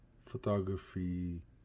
photography